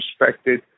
respected